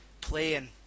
playing